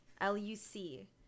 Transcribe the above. L-U-C